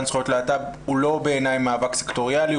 זכויות להט"ב הוא לא בעיני מאבק סקטוריאלי,